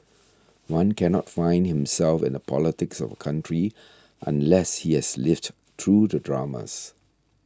one cannot find himself in the politics of country unless he has lived through the dramas